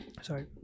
Sorry